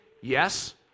yes